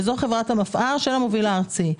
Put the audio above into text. זאת חברת המפא"ר של המוביל הארצי.